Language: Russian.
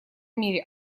мире